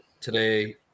today